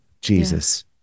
Jesus